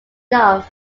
enough